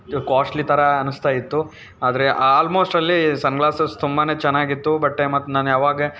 costly ಥರಾ ಅನಿಸ್ತಾ ಇತ್ತು ಆದರೆ ಆಲ್ಮೋಸ್ಟ್ ಅಲ್ಲಿ ಸನ್ ಗ್ಲಾಸಸ್ ತುಂಬಾ ಚೆನ್ನಾಗಿತ್ತು ಬಟ್ಟೆ ಮತ್ತು ನಾನು ಯಾವಾಗ